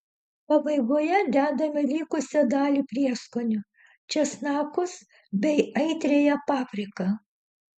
pabaigoje dedame likusią dalį prieskonių česnakus bei aitriąją papriką